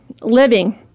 living